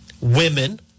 women